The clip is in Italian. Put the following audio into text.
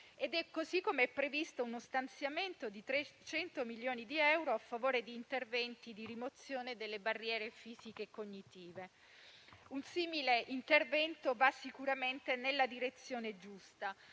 così come è previsto uno stanziamento di 300 milioni di euro a favore di interventi di rimozione delle barriere fisiche e cognitive. Un simile intervento va sicuramente nella direzione giusta,